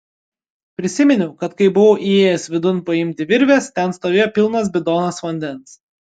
prisiminiau kad kai buvau įėjęs vidun paimti virvės ten stovėjo pilnas bidonas vandens